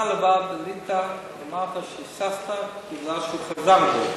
אתה לבד עלית ואמרת שהיססת בגלל שהוא חזר בו,